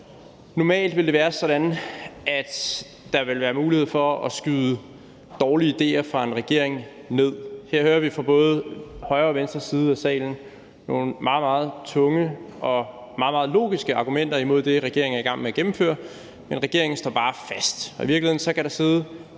Normalt vil det være sådan, at der vil være mulighed for at skyde dårlige idéer fra en regering ned. Her hører vi fra både højre og venstre side af salen nogle meget, meget tunge og meget, meget logiske argumenter imod det, som regeringen er i gang med at gennemføre, men regeringen står bare fast. I virkeligheden kan der sidde